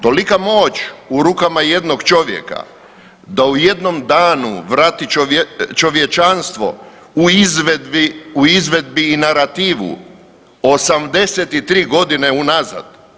Tolika moć u rukama jednog čovjeka da u jednom danu vrati čovječanstvo u izvedbi, u izvedbi i narativu 83 godine unazad.